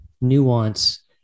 nuance